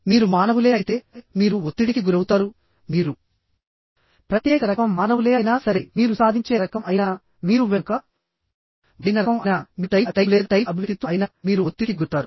మీరు మానవులే అయితే మీరు ఒత్తిడికి గురవుతారు మీరు ప్రత్యేక రకం మానవులే అయినా సరే మీరు సాధించే రకం అయినా మీరు వెనుకబడిన రకం అయినా మీరు టైప్ A టైప్ B లేదా టైప్ AB వ్యక్తిత్వం అయినా మీరు ఒత్తిడికి గురవుతారు